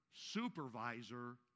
supervisor